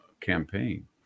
campaign